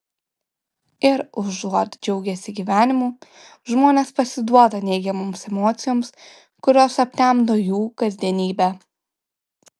ir užuot džiaugęsi gyvenimu žmonės pasiduoda neigiamoms emocijoms kurios aptemdo jų kasdienybę